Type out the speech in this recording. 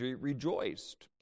rejoiced